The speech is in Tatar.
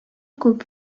күп